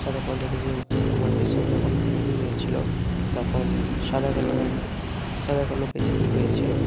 সাদা পর্দার পেজে উত্তম কুমারদের সব যখন মুভি হয়েছিলো তখন সাদা কালো হোয়াইট সাদা কালো পেজেতেই হয়েছিলো